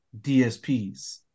dsps